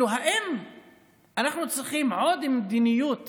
האם אנחנו צריכים עוד מדיניות